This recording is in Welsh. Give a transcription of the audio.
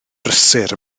brysur